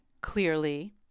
clearly